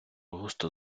густо